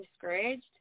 discouraged